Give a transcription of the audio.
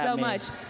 so much.